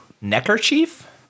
neckerchief